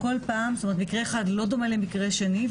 מקרה אחד לא דומה למקרה שני,